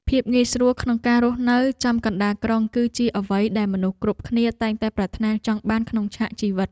ភាពងាយស្រួលក្នុងការរស់នៅចំកណ្តាលក្រុង គឺជាអ្វីដែលមនុស្សគ្រប់គ្នាតែងតែប្រាថ្នាចង់បានក្នុងឆាកជីវិត។